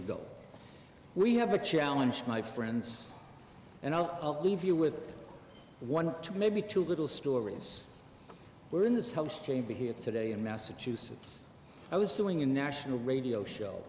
ago we have a challenge my friends and i'll leave you with one or two maybe two little stories were in this house chamber here today in massachusetts i was doing a national radio show